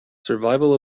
survival